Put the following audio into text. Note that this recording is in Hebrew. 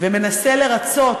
ומנסה לרצות